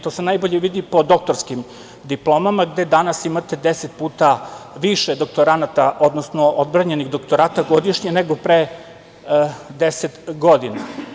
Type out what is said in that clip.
To se najbolje vidi po doktorskim diplomama, gde danas imate 10 puta više doktoranata, odnosno odbranjenih doktorata godišnje, nego pre 10 godina.